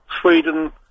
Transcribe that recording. Sweden